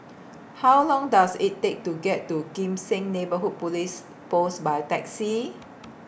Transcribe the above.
How Long Does IT Take to get to Kim Seng Neighbourhood Police Post By Taxi